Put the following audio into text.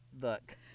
Look